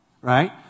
right